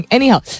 Anyhow